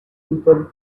people